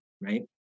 right